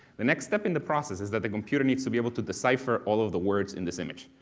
the next step in the process is that the computer needs to be able to decipher all of the words in this image.